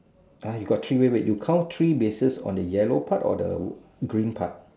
you got three wait wait you count three bases on the yellow part or the green part